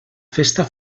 festa